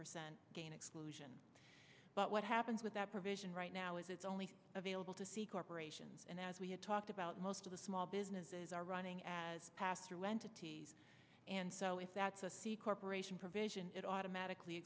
percent gain exclusion but what happens with that provision right now is it's only available to see corporations and as we have talked about most of the small businesses are running as pass through entities and so if that's the corporation provision it automatically